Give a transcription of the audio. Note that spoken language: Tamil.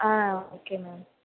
ah okay ma'am